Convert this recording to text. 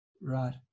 Right